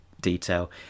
detail